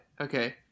Okay